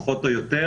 פחות או יותר,